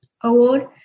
Award